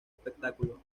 espectáculo